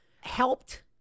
helped